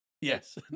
Yes